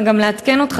וגם לעדכן אותך,